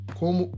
como